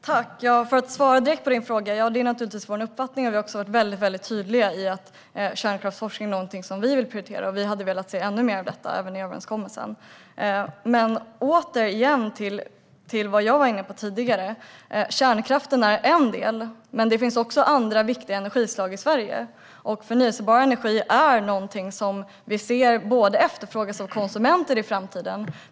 Fru talman! För att svara direkt på Mattias Bäckström Johanssons fråga: Ja, det är vår uppfattning. Vi har också varit väldigt tydliga med att vi vill prioritera kärnkraftsforskning. Vi hade velat se ännu mer av det även i överenskommelsen. Jag var tidigare inne på att kärnkraften är en del. Men det finns även andra viktiga energislag i Sverige. Förnybar energi är någonting som kommer att efterfrågas av konsumenter i framtiden.